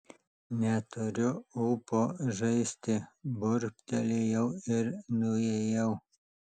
neturiu ūpo žaisti burbtelėjau ir nuėjau